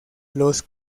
los